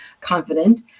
confident